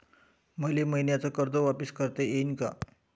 मले मईन्याचं कर्ज वापिस करता येईन का?